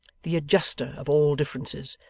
the adjuster of all differences,